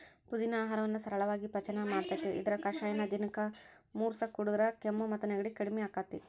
ಪುದಿನಾ ಆಹಾರವನ್ನ ಸರಳಾಗಿ ಪಚನ ಮಾಡ್ತೆತಿ, ಇದರ ಕಷಾಯನ ದಿನಕ್ಕ ಮೂರಸ ಕುಡದ್ರ ಕೆಮ್ಮು ಮತ್ತು ನೆಗಡಿ ಕಡಿಮಿ ಆಕ್ಕೆತಿ